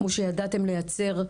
כמו שידעתם לציין,